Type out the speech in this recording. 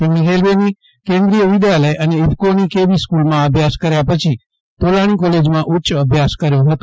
તેમણે રેલ્વેની કેન્દ્રીય વિધાલય અને ઈફકોની કેવી સ્કુલમાં અભ્યાસ કર્યા પછી તોલાણી કોલેજમાં ઉચ્ય અભ્યાસ કર્યો હતો